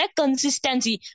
consistency